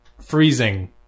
freezing